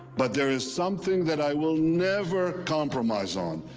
but there is something that i will never compromise on.